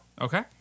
Okay